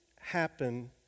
happen